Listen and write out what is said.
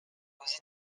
aux